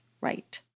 right